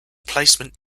placement